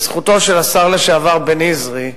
לזכותו של השר לשעבר בניזרי,